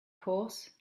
course